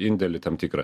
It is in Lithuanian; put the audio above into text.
indėlį tam tikrą